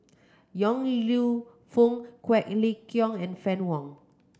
Yong Lew Foong Quek Ling Kiong and Fann Wong